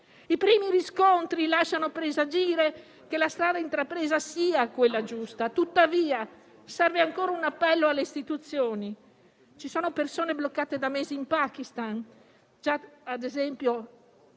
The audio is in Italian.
I primi riscontri lasciano presagire che la strada intrapresa è quella giusta, tuttavia serve ancora un appello alle istituzioni. Ci sono persone bloccate da mesi in Pakistan: ad esempio